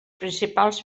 principals